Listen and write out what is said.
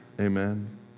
amen